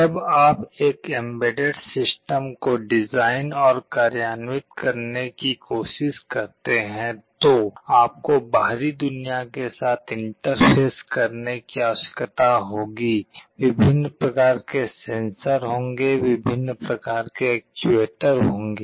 जब आप एक एम्बेडेड सिस्टम को डिजाइन और कार्यान्वित करने की कोशिश करते हैं तो आपको बाहरी दुनिया के साथ इंटरफेस करने की आवश्यकता होगी विभिन्न प्रकार के सेंसर होंगे विभिन्न प्रकार के एक्चुएटर होंगे